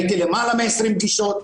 הייתי בלמעלה מ-20 פגישות,